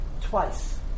twice